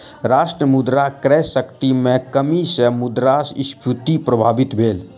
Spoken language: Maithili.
राष्ट्र मुद्रा क्रय शक्ति में कमी सॅ मुद्रास्फीति प्रभावित भेल